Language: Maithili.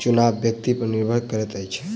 चुनाव व्यक्ति पर निर्भर करैत अछि